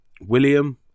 William